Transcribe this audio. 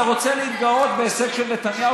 אתה רוצה להתגאות בהישג של נתניהו?